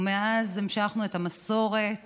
ומאז המשכנו את המסורת